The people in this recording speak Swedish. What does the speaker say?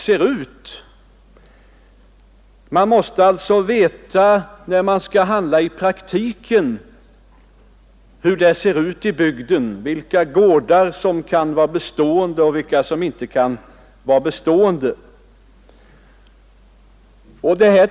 När en lantbruksnämnd skall gå till praktisk handling måste man veta hur det ser ut i bygden och vilka gårdar som kan eller inte kan vara bestående.